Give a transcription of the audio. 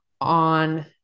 on